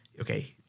okay